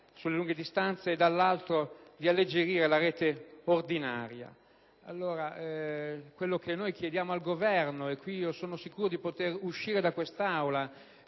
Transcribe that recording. su lunghe distanze e, dall'altro, alleggerire la rete ordinaria. È quello che chiediamo al Governo e sono sicuro di poter uscire dall'Aula